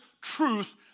truth